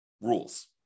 rules